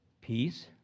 Peace